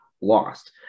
lost